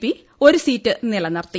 P ഒരു seat നിലനിർത്തി